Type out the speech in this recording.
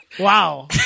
Wow